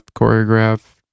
choreograph